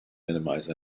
minimize